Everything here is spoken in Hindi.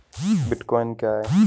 बिटकॉइन क्या है?